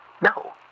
No